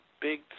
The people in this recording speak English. big